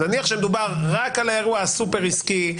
נניח שמדובר רק על האירוע סופר העסקי,